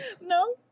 No